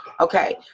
Okay